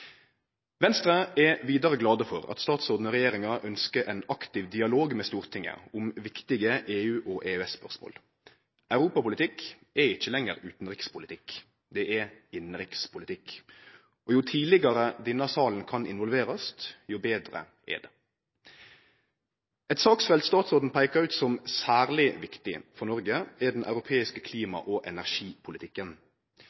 Venstre er vi vidare glade for at statsråden og regjeringa ønskjer ein aktiv dialog med Stortinget om viktige EU- og EØS-spørsmål. Europapolitikk er ikkje lenger utanrikspolitikk, det er innanrikspolitikk. Jo tidlegare denne salen kan involverast, desto betre er det. Eit saksfelt statsråden peika ut som særleg viktig for Noreg, er den europeiske